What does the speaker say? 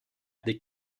des